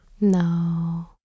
No